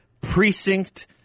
precinct